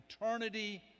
eternity